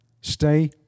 stay